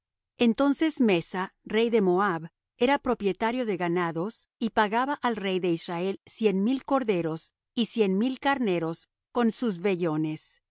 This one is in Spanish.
entonces mesa rey de moab era propietario de ganados y pagaba al rey de israel cien mil corderos y cien mil carneros con sus vellones